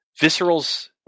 visceral's